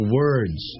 words